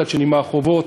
מצד שני מה החובות,